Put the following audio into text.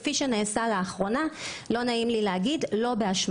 כך נעשה לאחרונה שלא באשמתנו.